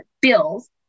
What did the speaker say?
bills